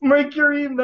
Mercury